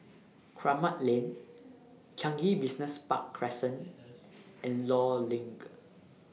Kramat Lane Changi Business Park Crescent and law LINK